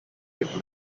give